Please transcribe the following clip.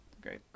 Great